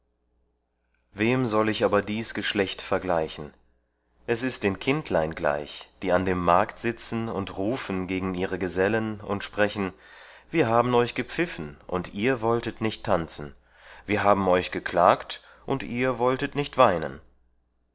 wem soll ich aber dies geschlecht vergleichen es ist den kindlein gleich die an dem markt sitzen und rufen gegen ihre gesellen und sprechen wir haben euch gepfiffen und ihr wolltet nicht tanzen wir haben euch geklagt und ihr wolltet nicht weinen